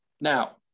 Now